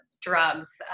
drugs